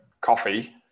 coffee